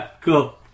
Cool